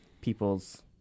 people's